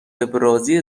ابرازی